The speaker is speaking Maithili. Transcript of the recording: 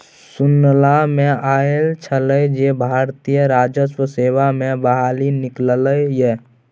सुनला मे आयल छल जे भारतीय राजस्व सेवा मे बहाली निकललै ये